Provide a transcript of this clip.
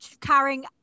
carrying